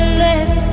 let